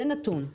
זה נתון.